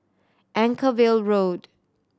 Anchorvale Road